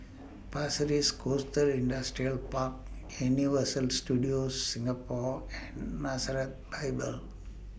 Pasir Ris Coast Industrial Park Universal Studios Singapore and Nazareth Bible